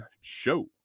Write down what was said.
show